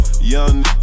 young